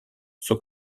sont